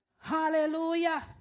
Hallelujah